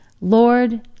Lord